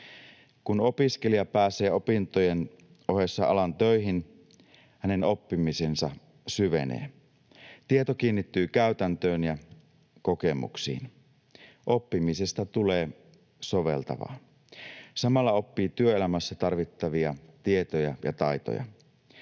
Kun opiskelija pääsee opintojen ohessa alan töihin, hänen oppimisensa syvenee. Tieto kiinnittyy käytäntöön ja kokemuksiin. Oppimisesta tulee soveltavaa. Samalla oppii työelämässä tarvittavia tietoja ja taitoja.